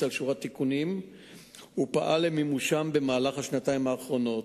על שורת תיקונים ופעל למימושם במהלך השנתיים האחרונות.